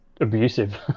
abusive